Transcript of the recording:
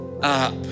up